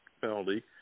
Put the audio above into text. penalty